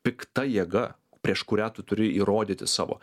pikta jėga prieš kurią tu turi įrodyti savo